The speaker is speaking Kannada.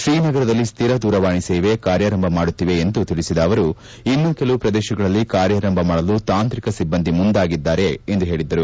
ಶ್ರೀನಗರದಲ್ಲಿ ಸ್ಥಿರ ದೂರವಾಣಿ ಸೇವೆ ಕಾರ್ಯಾರಂಭ ಮಾಡುತ್ತಿವೆ ಎಂದು ತಿಳಿಸಿದ ಅವರು ಇನ್ನೂ ಕೆಲವು ಪ್ರದೇಶಗಳಲ್ಲಿ ಕಾರ್ಯಾರಂಭ ಮಾಡಲು ತಾಂತ್ರಿಕ ಸಿಬ್ಲಂದಿ ಮುಂದಾಗಿದ್ದಾರೆ ಎಂದು ಅವರು ಹೇಳಿದರು